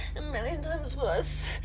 a million times worse.